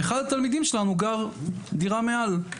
אחד התלמידים שלנו גר דירה מעל,